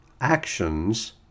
actions